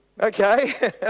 Okay